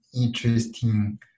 interesting